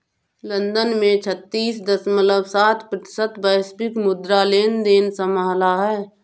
London ने छत्तीस दश्मलव सात प्रतिशत वैश्विक मुद्रा लेनदेन संभाला